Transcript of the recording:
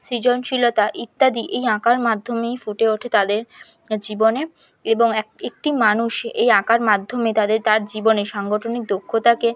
সৃজনশীলতা ইত্যাদি এই আঁকার মাধ্যমেই ফুটে ওঠে তাদের জীবনে এবং এক একটি মানুষ এই আঁকার মাধ্যমে তাদের তার জীবনের সাংগঠনিক দক্ষতাকে